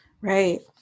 Right